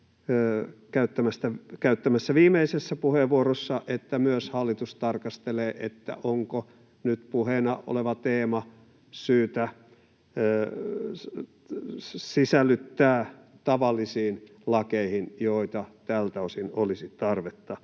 käyttämässä viimeisessä puheenvuorossa, että myös hallitus tarkastelee, onko nyt puheena oleva teema syytä sisällyttää tavallisiin lakeihin, joita tältä osin olisi tarvetta